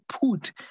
put